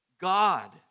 God